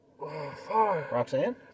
Roxanne